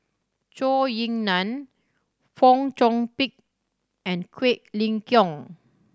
Zhou Ying Nan Fong Chong Pik and Quek Ling Kiong